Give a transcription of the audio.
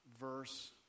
verse